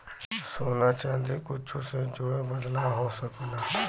सोना चादी कुच्छो से जुड़ल बदलाव हो सकेला